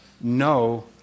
no